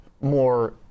more